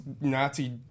Nazi